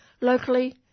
Locally